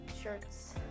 shirts